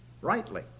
rightly